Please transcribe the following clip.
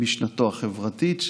על משנתו החברתית,